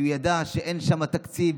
כי הוא ידע שאין שם תקציב.